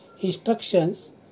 instructions